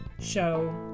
show